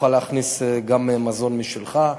ותוכל להכניס גם מזון משלך,